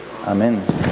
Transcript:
Amen